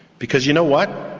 because you know what?